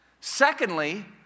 Secondly